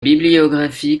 bibliographie